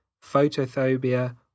photophobia